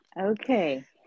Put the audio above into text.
Okay